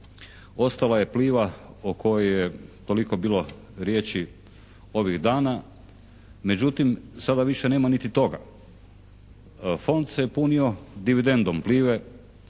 Ostala je Pliva o kojoj je toliko bilo riječi ovih dana. Međutim, sada više nema niti toga. Fond se je punio dividendom Plive